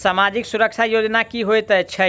सामाजिक सुरक्षा योजना की होइत छैक?